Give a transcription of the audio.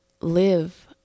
live